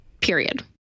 Period